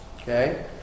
Okay